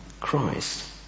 Christ